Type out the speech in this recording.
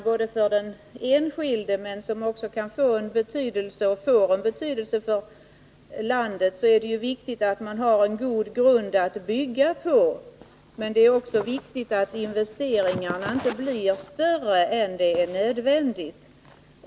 Såväl för den enskilde som på sikt också för landet i dess helhet är det viktigt att man har en god grund att bygga på, men det är också viktigt att investeringarna inte blir större än nödvändigt.